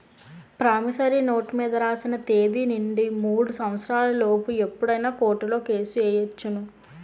promissory note మీద రాసిన తేదీ నుండి మూడు సంవత్సరాల లోపు ఎప్పుడైనా కోర్టులో కేసు ఎయ్యొచ్చును